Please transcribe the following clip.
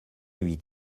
huit